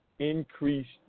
Increased